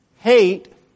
hate